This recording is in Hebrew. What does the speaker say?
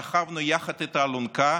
סחבנו יחד את האלונקה,